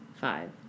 five